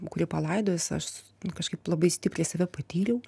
kurį palaidojus aš kažkaip labai stipriai save patyriau